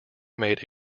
made